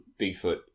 Bigfoot